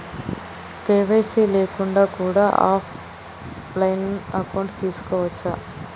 KYC లేకుండా కూడా offline account తీసుకోవచ్చా?